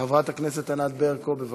חברת הכנסת ענת ברקו, בבקשה.